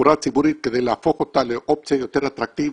התחבורה הציבורית כדי להפוך אותה לאופציה יותר אטרקטיבית,